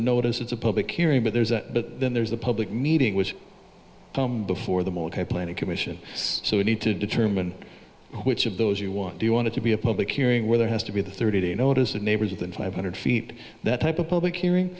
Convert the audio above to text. notice it's a public hearing but there's a but then there's a public meeting was before the multi plane a commission so we need to determine which of those you want do you want to be a public hearing where there has to be the thirty day notice of neighbors than five hundred feet that type of public hearing